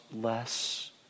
less